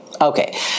Okay